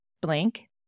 blank